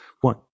one